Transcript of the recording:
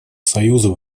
союза